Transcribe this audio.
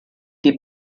die